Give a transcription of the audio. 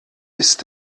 ist